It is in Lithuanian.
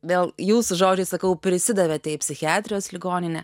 vėl jūsų žodžiais sakau prisidavėte į psichiatrijos ligoninę